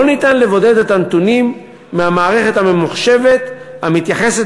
לא ניתן לבודד את הנתונים מהמערכת הממוחשבת המתייחסת